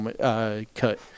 Cut